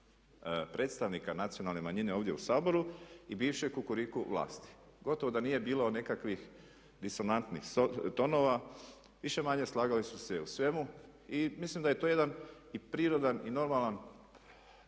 predstavnika nacionalne manjine ovdje u Saboru i bivše kukuriku vlasti. Gotovo da nije bilo nekakvih disonantnih tonova, više-manje slagali su se u svemu i mislim da je to jedan i prirodan i normalan